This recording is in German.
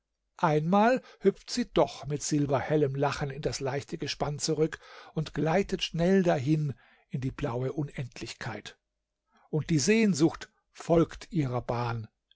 einmal hüpft sie doch mit silberhellem lachen in das leichte gespann zurück und gleitet schnell dahin in die blaue unendlichkeit und die sehnsucht folgt ihrer bahn